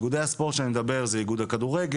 איגודי הספורט שאני מדבר זה איגוד הכדורגל,